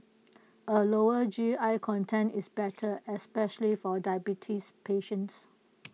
A lower G I content is better especially for diabetes patients